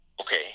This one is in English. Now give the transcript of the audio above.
okay